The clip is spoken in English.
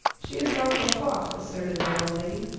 she has gone for a walk, asserted the landlady.